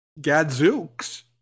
Gadzooks